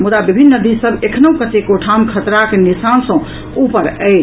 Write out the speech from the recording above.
मुद्दा विभिन्न नदी सभ एखनहुँ कतेको ठाम खतराक निशान सँ ऊपर अछि